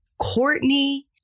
Courtney